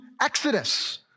Exodus